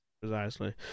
Precisely